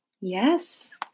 Yes